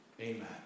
Amen